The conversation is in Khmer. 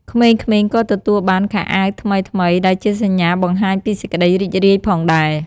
ក្មេងៗក៏ទទួលបាន ខោអាវថ្មីៗ ដែលជាសញ្ញាបង្ហាញពីសេចក្ដីរីករាយផងដែរ។